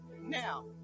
now